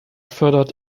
fördert